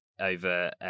over